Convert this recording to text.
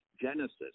Genesis